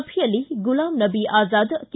ಸಭೆಯಲ್ಲಿ ಗುಲಾಮ್ ನಬೀ ಆಜಾದ್ ಕೆ